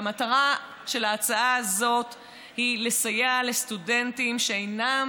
והמטרה של ההצעה הזאת היא לסייע לסטודנטים שאינם